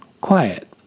Quiet